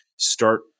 start